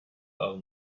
are